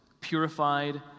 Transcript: purified